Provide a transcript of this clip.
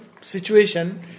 situation